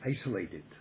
isolated